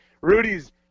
Rudy's